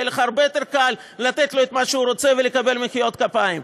יהיה לך הרבה יותר קל לתת לו את מה שהוא רוצה ולקבל מחיאות כפיים.